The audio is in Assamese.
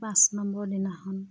পাঁচ নম্বৰ দিনাখন